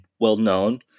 well-known